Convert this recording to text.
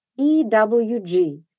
EWG